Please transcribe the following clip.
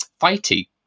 fighty